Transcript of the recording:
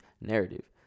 narrative